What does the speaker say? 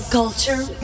culture